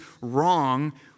wrong